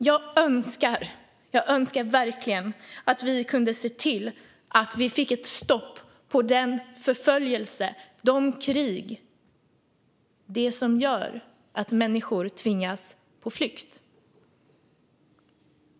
Jag önskar att vi kunde få stopp på krig och förföljelse som tvingar människor på flykt.